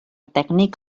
tècnic